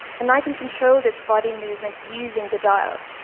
and i can control this body movement using the dial.